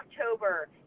October